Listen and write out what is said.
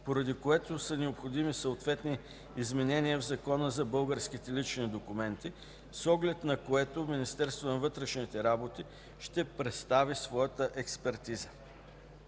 поради което са необходими съответни изменения в Закона за българските лични документи, с оглед на което Министерството на вътрешните работи ще предостави своята експертиза.